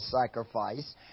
sacrifice